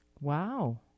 Wow